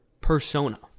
persona